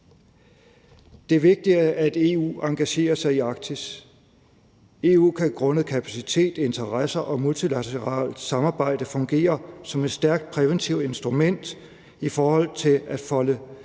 Det er vigtigt, at EU engagerer sig i Arktis. EU kan grundet kapacitet, interesser og multilateralt samarbejde fungere som et stærkt præventivt instrument i forhold til at holde